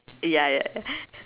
ya ya ya